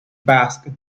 basque